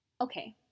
Okay